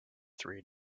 three